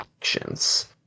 actions